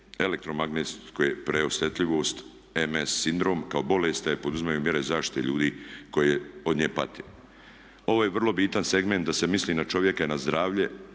…/Govornik se ne razumije./… sindrom kao bolest a i poduzimaju mjere zaštite ljudi koje od nje pate. Ovo je vrlo bitan segment da se misli i na čovjeka i na zdravlje,